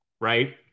right